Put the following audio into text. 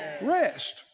rest